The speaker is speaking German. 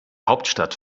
hauptstadt